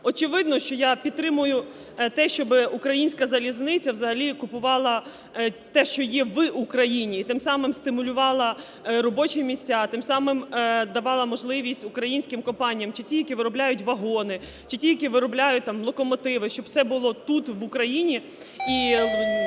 Очевидно, що я підтримую те, щоби Українська залізниця взагалі купувала те, що є в Україні і тим самим стимулювала робочі місця. Тим самим давала можливість українським компаніям чи ті, які виробляють вагони, чи ті, які виробляють локомотиви, щоб все було тут, в Україні.